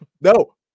no